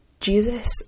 Jesus